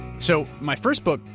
so, my first book,